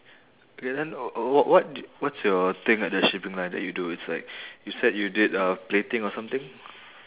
okay then wh~ wh~ what what's your thing at the shipping line that you do it's like you said you did uh plating or something